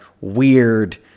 weird